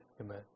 Amen